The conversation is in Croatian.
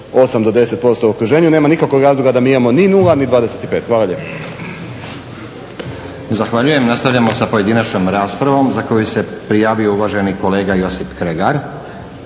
8 do 10% u okruženju nema nikakvog razloga da mi imamo ni nula ni 25. Hvala lijepo. **Stazić, Nenad (SDP)** Zahvaljujem. Nastavljamo sa pojedinačnom raspravom za koju se prijavio uvaženi kolega Josip Kregar.